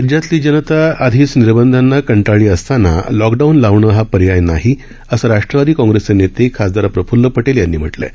राज्यातली जनता आधीच निर्बधांना कंटाळली असताना लाँकडाऊन लावणं हा पर्याय नाही असं राष्ट्रवादी काँग्रेसचे नेते खासदार प्रफ्ल्ल पटेल यांनी म्हटलं आहे